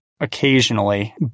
occasionally